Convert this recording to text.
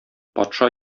патша